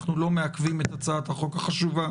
אנחנו לא מעכבים את הצעת החוק החשובה